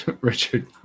richard